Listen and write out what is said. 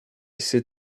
sit